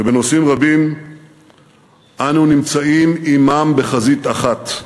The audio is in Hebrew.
שבנושאים רבים אנו נמצאים עמם בחזית אחת,